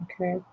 okay